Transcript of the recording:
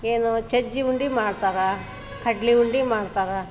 ಏನೂ ಸಜ್ಜಿ ಉಂಡೆ ಮಾಡ್ತಾರಾ ಕಡಲೇ ಉಂಡೆ ಮಾಡ್ತಾರಾ